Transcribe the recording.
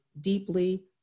deeply